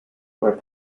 were